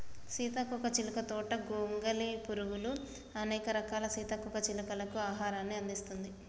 సీతాకోక చిలుక తోట గొంగలి పురుగులు, అనేక రకాల సీతాకోక చిలుకలకు ఆహారాన్ని అందిస్తుంది